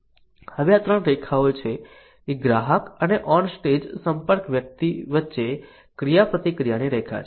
હવે આ 3 રેખાઓ છે એક ગ્રાહક અને ઓન સ્ટેજ સંપર્ક વ્યક્તિ વચ્ચે ક્રિયાપ્રતિક્રિયાની રેખા છે